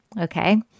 okay